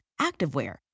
activewear